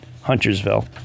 Huntersville